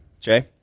Jay